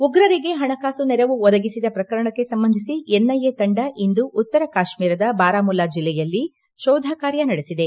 ಉಗ್ರರಿಗೆ ಹಣಕಾಸು ನೆರವು ಒದಗಿಸಿದ ಪ್ರಕರಣಕ್ಕೆ ಸಂಬಂಧಿಸಿ ಎನ್ಐಎ ತಂಡ ಇಂದು ಉತ್ತರ ಕಾಶ್ಮೀರದ ಬಾರಾಮುಲ್ಲಾ ಜಿಲ್ಲೆಯಲ್ಲಿ ಶೋಧಕಾರ್ಯ ನಡೆಸಿದೆ